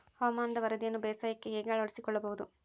ಹವಾಮಾನದ ವರದಿಯನ್ನು ಬೇಸಾಯಕ್ಕೆ ಹೇಗೆ ಅಳವಡಿಸಿಕೊಳ್ಳಬಹುದು?